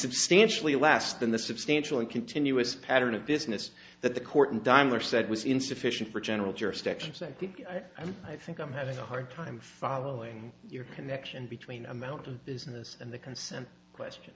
substantially less than the substantial and continuous pattern of business that the court and dimer said was insufficient for general jurisdiction said i think i'm having a hard time following your connection between amount of business and the consent question